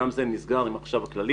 גם זה נסגר עם החשב הכללי.